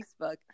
Facebook